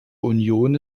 union